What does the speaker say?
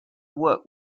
work